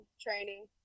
training